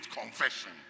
confession